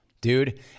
dude